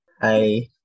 hi